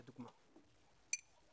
לדוגמא.